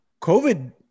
COVID